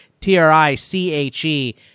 T-R-I-C-H-E